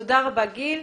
תודה רבה גיל.